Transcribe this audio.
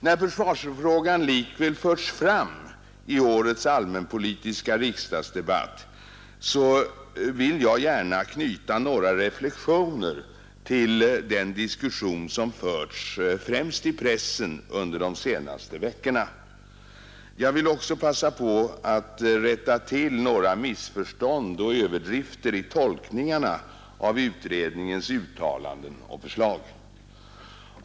När försvarsfrågan likväl förs fram i årets allmänpolitiska riksdagsdebatt vill jag gärna knyta några reflexioner till den diskussion som förts, främst i pressen, under de senaste veckorna. Jag vill också passa på att rätta till några missförstånd och överdrifter i tolkningarna av utredningens uttalanden och förslag.